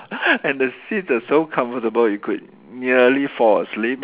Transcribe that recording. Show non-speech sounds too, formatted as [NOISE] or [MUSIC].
[LAUGHS] and the seats are so comfortable you could nearly fall asleep lor